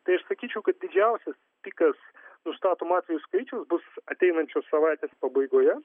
tai aš sakyčiau kad didžiausias pikas nustatomų atvejų skaičiaus bus ateinančios savaitės pabaigoje